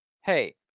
Hey